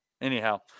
Anyhow